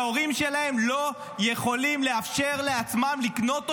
שההורים שלהם לא יכולים לאפשר לעצמם לקנות אותו?